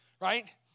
Right